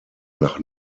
nach